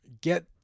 get